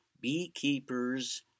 Beekeepers